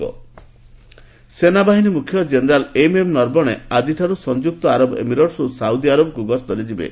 army chief UAE ସେନାବାହିନୀ ମୁଖ୍ୟ general MM Naravane ଆଜିଠାରୁ ସଂଯୁକ୍ତ ଆରବ ଏମିରେଟ୍ ଓ ସାଉଦି ଆରବକୁ ଗସ୍ତରେ ଯିବେ